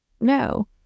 No